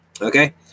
Okay